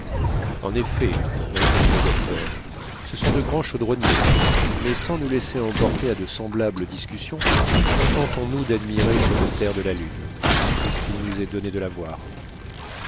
en effet répondit le docteur ce sont de grands chaudronniers mais sans nous laisser emporter à de semblables discussions contentons-nous dadmirer cette terre de la lune puisqu'il nous est donné de la voir